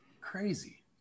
Crazy